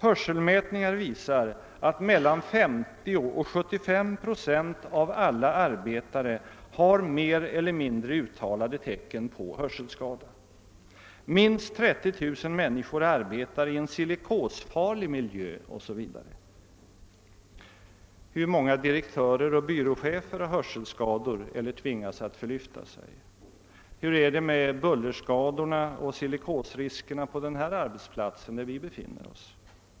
Hörselmätningar visar att 50— 75 procent av alla arbetare har mer eller mindre uttalade tecken på hörselskador. Minst 30 000 människor arbetar i silikosfarlig miljö o. s. v. Hur många direktörer och byråchefer har hörselskador eller tvingas att förlyfta sig? Hur är det med bullerskadorna och silikosriskerna på den arbetsplast där vi nu befinner oss?